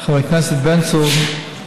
חבר הכנסת בן צור,